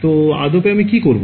তো আদপে আমি কী করব